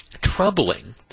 troubling